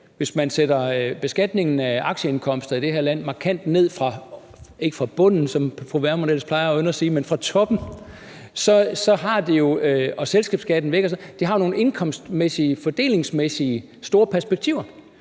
hvis man sætter beskatningen af aktieindkomster i det her land markant ned, ikke fra bunden, som fru Pernille Vermund ellers ynder at sige, men fra toppen, og afskaffer selskabsskatten, så har det nogle indkomstmæssigt og fordelingsmæssigt store perspektiver.